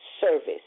service